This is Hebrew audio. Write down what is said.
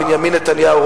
בנימין נתניהו,